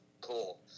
cool